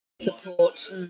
support